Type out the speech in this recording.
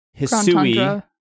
Hisui